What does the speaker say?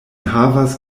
havas